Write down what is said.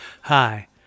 Hi